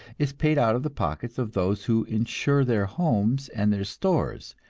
is paid out of the pockets of those who insure their homes and their stores,